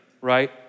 right